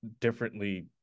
differently